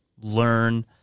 learn